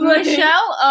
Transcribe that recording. Michelle